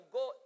go